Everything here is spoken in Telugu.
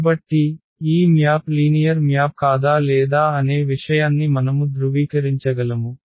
కాబట్టి ఈ మ్యాప్ లీనియర్ మ్యాప్ కాదా లేదా అనే విషయాన్ని మనము ధృవీకరించగలము